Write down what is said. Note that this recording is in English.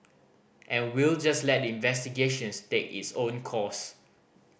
and we'll just let the investigations take its own course